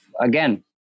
again